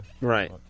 Right